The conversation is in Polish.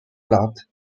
lat